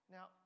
Now